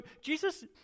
Jesus